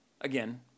Again